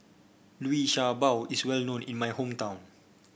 Liu Sha Bao is well known in my hometown